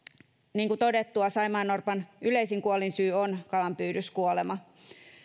niin kuin todettua saimaannorpan yleisin kuolinsyy on kalanpyydyskuolema